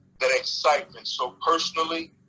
that excitement, so personally.